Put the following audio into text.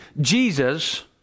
Jesus